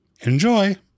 Enjoy